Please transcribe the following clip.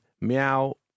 meow